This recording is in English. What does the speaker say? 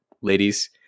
ladies